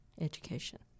education